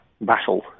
battle